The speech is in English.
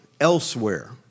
elsewhere